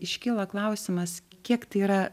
iškyla klausimas kiek tai yra